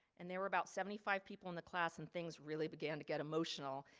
and there were about seventy five people in the class and things really began to get emotional,